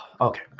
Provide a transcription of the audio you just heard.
Okay